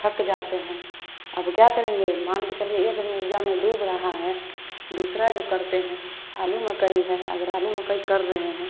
थक जाते हैं अब क्या करेंगे मान के चलिए एक दिन उपजा में डूब रहा हैं दूसरा जो करते हैं आलू मकई हैं अगर आलू मकई कर रहे हैं